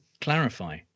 clarify